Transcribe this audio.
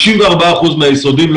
54 אחוזים מבתי הספר היסודיים,